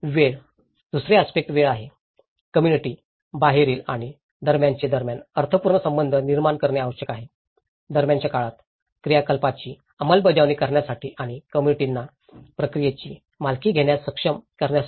वेळ दुसरे आस्पेक्टस वेळ आहे कम्म्युनिटी बाहेरील आणि दरम्यानचे दरम्यान अर्थपूर्ण संबंध निर्माण करणे आवश्यक आहे दरम्यानच्या काळात क्रियाकलापांची अंमलबजावणी करण्यासाठी आणि कम्म्युनिटीांना प्रक्रियेची मालकी घेण्यास सक्षम करण्यासाठी